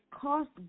cost